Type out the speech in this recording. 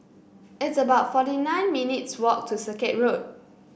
it's about forty nine minutes' walk to Circuit Road